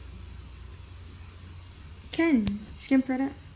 can skin product